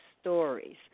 stories